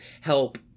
help